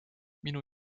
minu